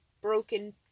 broken